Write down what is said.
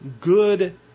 good